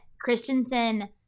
Christensen